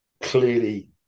clearly